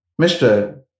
Mr